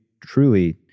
truly